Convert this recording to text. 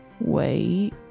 Wait